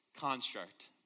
construct